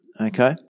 Okay